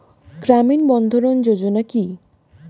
গ্রামীণ বন্ধরন যোজনা কি?